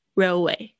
railway